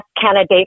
candidate